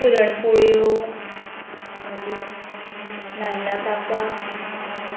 पुरण पोळयो मागीर नाल्लां कापां